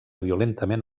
violentament